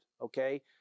okay